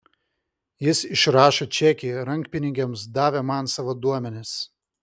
jis išrašė čekį rankpinigiams davė man savo duomenis